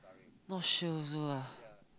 not sure also lah